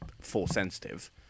Force-sensitive